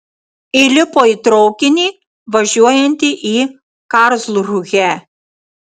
įlipo į traukinį važiuojantį į karlsrūhę